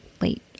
late